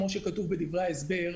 כמו שכתוב בדברי ההסבר,